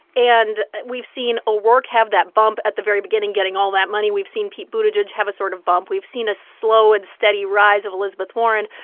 and we've seen o'rourke have that bump at the very beginning, getting all that money. we've seen pete buttigieg have a sort of bump. we've seen a slow and steady rise of elizabeth warren.